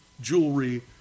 jewelry